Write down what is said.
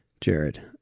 Jared